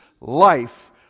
life